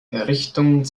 errichtung